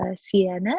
Sienna